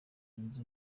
zunze